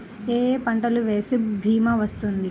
ఏ ఏ పంటలు వేస్తే భీమా వర్తిస్తుంది?